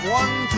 one